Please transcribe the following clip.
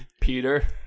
peter